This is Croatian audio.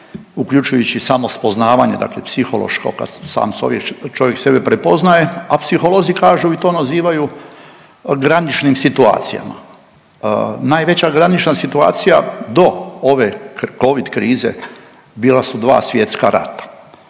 uključujući i samo spoznavanje, dakle psihološko kad sam čovjek sebe prepoznaje, a psiholozi kažu i to nazivaju graničnim situacijama. Najveća granična situacija do ove covid krize bila su dva svjetska rata,